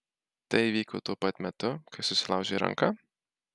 tai įvyko tuo pat metu kai susilaužei ranką